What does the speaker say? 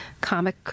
comic